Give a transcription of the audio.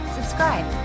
Subscribe